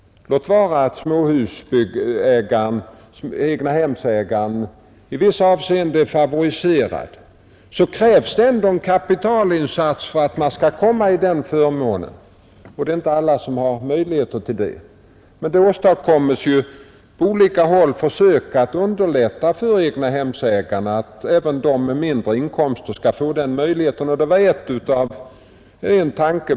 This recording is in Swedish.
Låt vara att egnahemsägaren i vissa avseenden är favoriserad, det krävs ändå en kapitalinsats för att man skall kunna skaffa sig förmånen att ha hus, och det är inte alla som har möjligheter till det. På olika sätt görs försök att underlätta egnahemsfinansieringen så att även folk med mindre inkomster skall få möjlighet att bo i ett småhus.